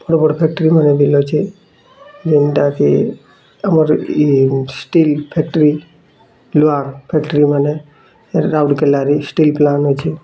ବଡ଼ ବଡ଼ ଫ୍ୟାକ୍ଟ୍ରି ମାନେ ଅଛେ ଯେନ୍ତା କି ଆମର୍ ଇ ଷ୍ଟିଲ୍ ଫ୍ୟାକ୍ଟ୍ରି ଲୁହା ଫ୍ୟାକ୍ଟ୍ରି ମାନେ ରାଉଲକେଲାରେ ଷ୍ଟିଲ୍ ପ୍ଲାଣ୍ଟ ଅଛେ